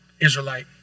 Israelite